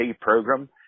program